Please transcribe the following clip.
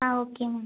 ஆ ஓகேங்க